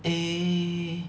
eh